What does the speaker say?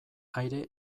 aire